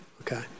Okay